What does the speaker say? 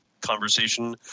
conversation